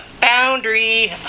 boundary